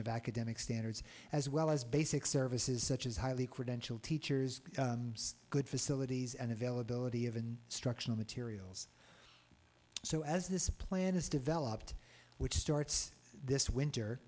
of academic standards as well as basic services such as highly credentialed teachers good facilities and availability of and structural materials so as this plan is developed which starts this winter